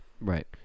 Right